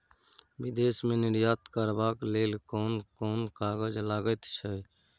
विदेश मे निर्यात करबाक लेल कोन कोन कागज लगैत छै